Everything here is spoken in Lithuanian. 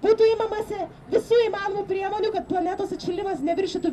būtų imamasi visų įmanomų priemonių kad planetos atšilimas neviršytų